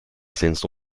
senza